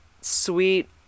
sweet